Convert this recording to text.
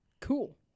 Cool